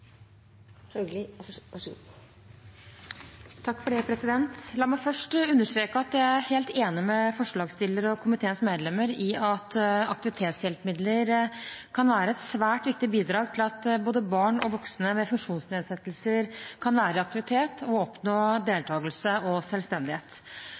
helt enig med forslagsstilleren og komiteens medlemmer i at aktivitetshjelpemidler kan være et svært viktig bidrag til at både barn og voksne med funksjonsnedsettelser kan være i aktivitet og oppnå